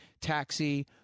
Taxi